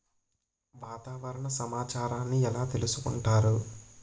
వాతావరణ సమాచారాన్ని ఎలా తెలుసుకుంటారు?